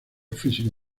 físico